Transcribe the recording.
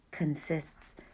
consists